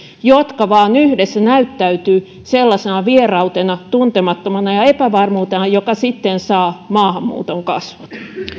jotka vain yhdessä näyttäytyvät sellaisena vierautena tuntemattomuutena ja epävarmuutena jotka sitten saavat maahanmuuton kasvot